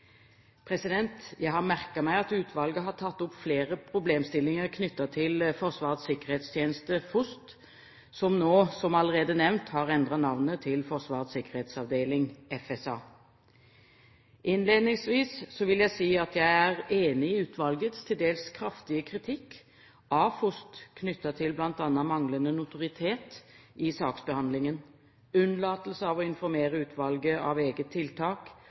årsmeldingen. Jeg har merket meg at utvalget har tatt opp flere problemstillinger knyttet til Forsvarets sikkerhetstjeneste, FOST, som nå, som allerede nevnt, har endret navn til Forsvarets sikkerhetsavdeling, FSA. Innledningsvis vil jeg si at jeg er enig i utvalgets til dels kraftige kritikk av FOST knyttet til bl.a. manglende notoritet i saksbehandlingen, unnlatelse av å informere utvalget av eget tiltak